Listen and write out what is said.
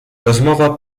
rozmowa